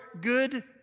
good